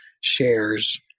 shares